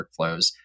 workflows